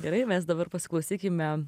gerai mes dabar pasiklausykime